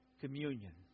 communion